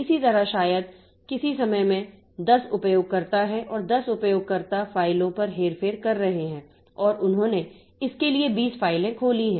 इसी तरह शायद किसी समय में 10 उपयोगकर्ता हैं और 10 उपयोगकर्ता फ़ाइलों पर हेरफेर कर रहे हैं और उन्होंने इसके लिए 20 फाइलें खोली हैं